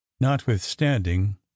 notwithstanding